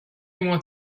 want